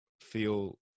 feel